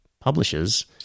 Publishers